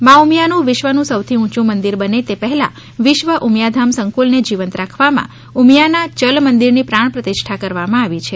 મા ઉમિયાનું વિશ્વનું સૌથી ઉયુ મંદિર બને તે પહેલા વિશ્વ ઉમિયા ધામ સંકુલને જીવંત રાખવા મા ઉમિયાના ચલ મંદીરની પ્રાણ પ્રતિષ્ઠા કરવામાં આવી છે